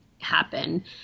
happen